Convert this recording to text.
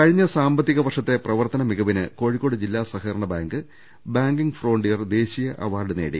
കഴിഞ്ഞ സാമ്പത്തിക വർഷത്തെ പ്രവർത്തന മികവിന് കോഴി ക്കോട് ജില്ലാ സഹകരണ ബാങ്ക് ബാങ്കിങ്ങ് ഫ്രോണ്ടിയർ ദേശീയ അവാർഡ് നേടി